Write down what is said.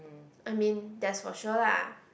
I mean that's for sure lah